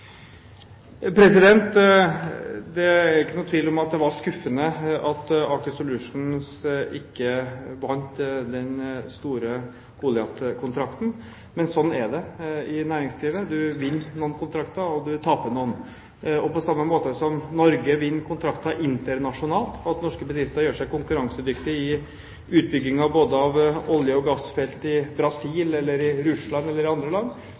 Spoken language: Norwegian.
Det er ikke noen tvil om at det var skuffende at Aker Solutions ikke vant den store Goliat-kontrakten. Men slik er det i næringslivet: Man vinner noen kontrakter, og man taper noen. På samme måte som at Norge vinner kontrakter internasjonalt, og at norske bedrifter gjør seg konkurransedyktige i utbygging både av olje- og gassfelt i Brasil, i Russland eller i andre land,